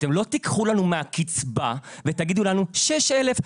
אתם לא תיקחו לנו מהקצבה ותגידו לנו 6,000,